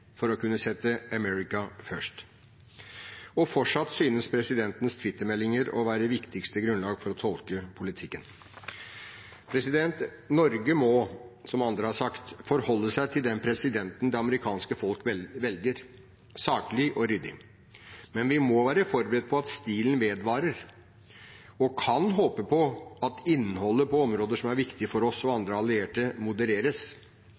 for å kunne sette «America First». Fortsatt synes presidentens twittermeldinger å være viktigste grunnlag for å tolke politikken. Norge må, som andre har sagt, forholde seg til den presidenten det amerikanske folk velger, saklig og ryddig. Men vi må være forberedt på at stilen vedvarer, og vi kan håpe at innholdet på områder som er viktig for oss og andre allierte, modereres.